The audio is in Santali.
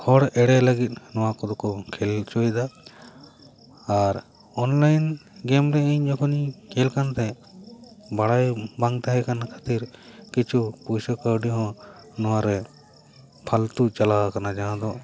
ᱦᱚᱲ ᱮᱲᱮ ᱞᱟᱹᱜᱤᱫ ᱱᱚᱣᱟ ᱠᱚᱫᱚ ᱠᱚ ᱠᱷᱮᱞ ᱚᱪᱚᱭᱮᱫᱟ ᱟᱨ ᱚᱱᱞᱟᱭᱤᱱ ᱜᱮᱹᱢ ᱨᱮ ᱤᱧ ᱡᱚᱠᱷᱚᱱ ᱤᱧ ᱠᱷᱮᱞ ᱠᱟᱱ ᱛᱟᱦᱮᱸᱜ ᱵᱟᱲᱟᱭ ᱵᱟᱝ ᱛᱟᱦᱮᱸ ᱠᱟᱱ ᱠᱷᱟᱹᱛᱤᱨ ᱠᱤᱪᱷᱩ ᱯᱩᱭᱥᱟᱹ ᱠᱟᱹᱣᱰᱤ ᱦᱚᱸ ᱱᱚᱣᱟ ᱨᱮ ᱯᱷᱟᱞᱛᱩ ᱪᱟᱞᱟᱣ ᱟᱠᱟᱱᱟ ᱡᱟᱦᱟᱸ ᱫᱚ